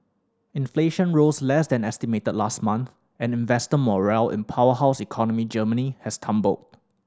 inflation rose less than estimated last month and investor morale in powerhouse economy Germany has tumbled